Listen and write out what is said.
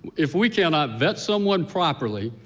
if we cannot vet someone properly,